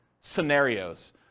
scenarios